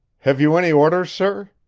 have you any orders, sir?